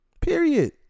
Period